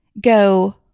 go